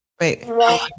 wait